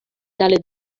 tale